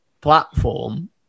platform